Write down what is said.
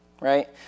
right